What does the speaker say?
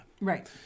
Right